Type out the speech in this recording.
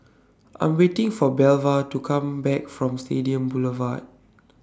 I Am waiting For Belva to Come Back from Stadium Boulevard